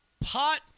Pot